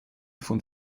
von